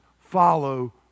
follow